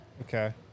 Okay